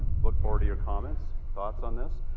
look forward to your comments, thoughts on this.